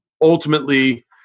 ultimately